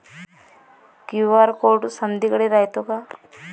QR code समदीकडे रायतो का?